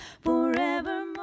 forevermore